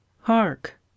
hark